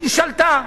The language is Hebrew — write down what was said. היא שלטה.